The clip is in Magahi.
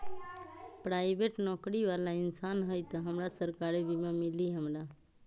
पराईबेट नौकरी बाला इंसान हई त हमरा सरकारी बीमा मिली हमरा?